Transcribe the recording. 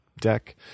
deck